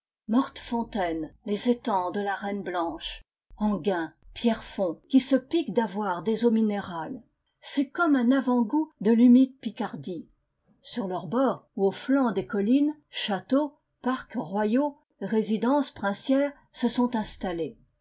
mortefontaine les étangs de la reine blanche enghien pierrefonds qui se piquent d'avoir des eaux minérales c'est comme un avantgoût de l'humide picardie sur leurs bords ou aux flancs des collines châteaux parcs royaux résidences princières se sont installés